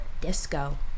disco